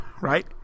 right